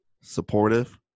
supportive